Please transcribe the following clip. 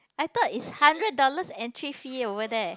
I thought is hundred dollars entry fee over there